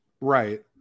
Right